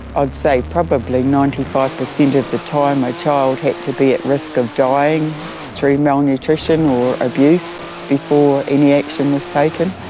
i'd say probably ninety five percent of the time a child had to be at risk of dying through malnutrition malnutrition or abuse before any action was taken.